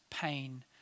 Pain